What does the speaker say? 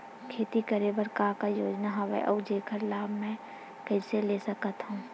खेती करे बर का का योजना हवय अउ जेखर लाभ मैं कइसे ले सकत हव?